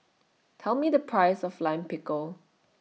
Tell Me The Price of Lime Pickle